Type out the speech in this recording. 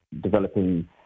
developing